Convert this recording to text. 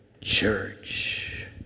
Church